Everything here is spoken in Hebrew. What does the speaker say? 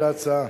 להצעה.